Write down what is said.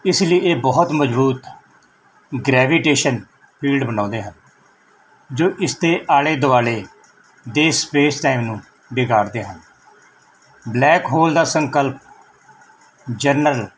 ਇਸ ਲਈ ਇਹ ਬਹੁਤ ਮਜ਼ਬੂਤ ਗਰੈਵੀਟੇਸ਼ਨ ਫੀਲਡ ਬਣਾਉਂਦੇ ਹਨ ਜੋ ਇਸ ਦੇ ਆਲੇ ਦੁਆਲੇ ਦੇ ਸਪੇਸਟਾਇਮ ਨੂੰ ਵਿਗਾੜਦੇ ਹਨ ਬਲੈਕ ਹੋਲ ਦਾ ਸੰਕਲਪ ਜਨਰਲ